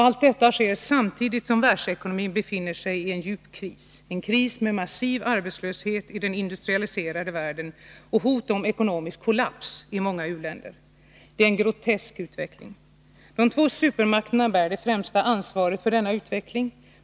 Allt detta sker samtidigt som världsekonomin befinner sig i djup kris — en kris med massiv arbetslöshet i den industrialiserade världen och hot om ekonomisk kollaps i många u-länder. Det är en grötesk utveckling. De två supermakterna bär det främsta ansvaret för denna utveckling.